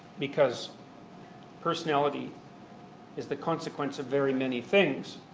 because personality is the consequence of very many things.